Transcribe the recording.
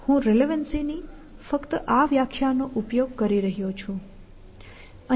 હું રિલેવન્સી ની ફક્ત આ વ્યાખ્યાનો ઉપયોગ કરી રહ્યો છું